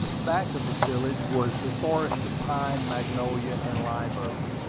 back of the village was the forest of pine, magnolia, and live-oak.